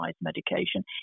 medication